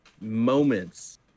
moments